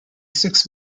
six